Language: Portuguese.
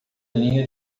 linha